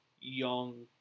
young